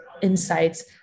insights